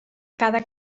cada